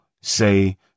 say